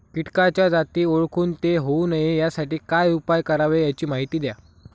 किटकाच्या जाती ओळखून ते होऊ नये यासाठी काय उपाय करावे याची माहिती द्या